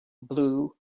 blew